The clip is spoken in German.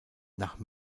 nach